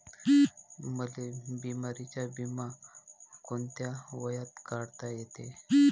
मले बिमारीचा बिमा कोंत्या वयात काढता येते?